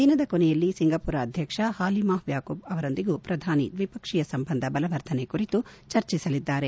ದಿನದ ಕೊನೆಯಲ್ಲಿ ಸಿಂಗಾಮರ ಅಧ್ಯಕ್ಷ ಹಾಲಿಮಾಹ್ ವ್ಯಾಕುಬ್ ಅವರೊಂದಿಗೂ ಪ್ರಧಾನಿ ದ್ವಿಪಕ್ಷೀಯ ಸಂಬಂಧ ಬಲವರ್ಧನೆ ಕುರಿತು ಚರ್ಚಿಸಲಿದ್ದಾರೆ